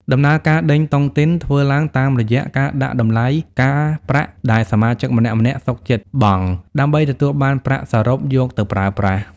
ដំណើរការ "ដេញតុងទីន" ធ្វើឡើងតាមរយៈការដាក់តម្លៃការប្រាក់ដែលសមាជិកម្នាក់ៗសុខចិត្តបង់ ដើម្បីទទួលបានប្រាក់សរុបយកទៅប្រើប្រាស់។